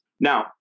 Now